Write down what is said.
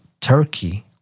Turkey